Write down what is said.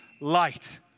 light